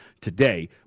today